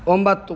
ಒಂಬತ್ತು